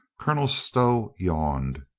colonel stow yawned.